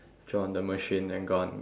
drop on the machine then gone